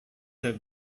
have